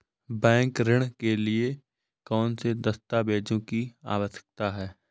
Bank ऋण के लिए कौन से दस्तावेजों की आवश्यकता है?